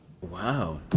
Wow